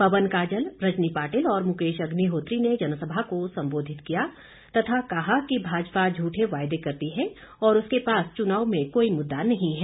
पवन काजल रजनी पाटिल और मुकेश अग्निहोत्री ने जनसभा को संबोधित किया तथा कहा कि भाजपा झूठे वायदे करती है और उसके पास चुनाव में कोई मुद्दा नहीं है